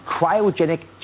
cryogenic